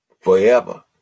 forever